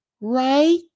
right